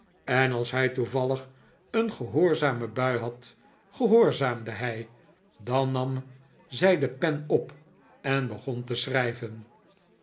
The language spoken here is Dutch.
en als hij toevallig een gehoorzame bui had gehoorzaamde hij dan nam zij de pen op en begon te schrijven